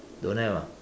don't have ah